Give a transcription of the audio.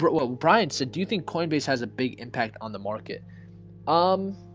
but well brian said do you think coin base has a big impact on the market um?